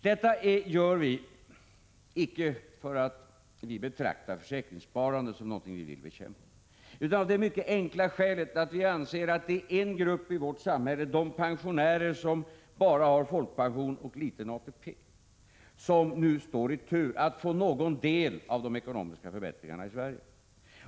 Detta gör regeringen icke för att vi betraktar försäkringssparande som någonting som skall bekämpas, utan av det mycket enkla skälet att det nu är en grupp i vårt samhälle, de pensionärer som bara har folkpension och liten ATP, som står i tur att få någon del av de ekonomiska förbättringarna i Sverige.